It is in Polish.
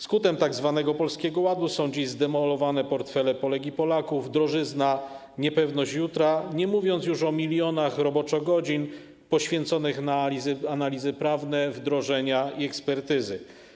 Skutkiem tzw. Polskiego Ładu są dziś zdemolowane portfele Polek i Polaków, drożyzna, niepewność jutra, nie mówiąc już o milionach roboczogodzin poświęconych na analizy prawne, wdrożenia i ekspertyzy.